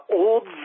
old